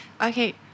Okay